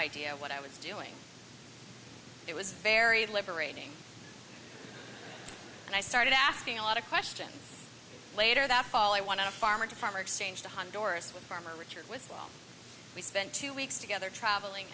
idea what i was doing it was very liberating and i started asking a lot of questions later that fall i want to farmer to farmer exchange to honduras with farmer richard with well we spent two weeks together traveling